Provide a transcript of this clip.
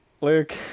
Luke